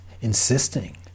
insisting